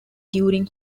during